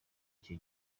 icyo